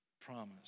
Promise